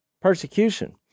persecution